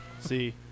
See